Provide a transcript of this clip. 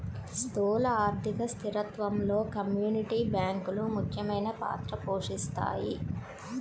స్థూల ఆర్థిక స్థిరత్వంలో కమ్యూనిటీ బ్యాంకులు ముఖ్యమైన పాత్ర పోషిస్తాయి